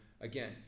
again